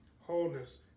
wholeness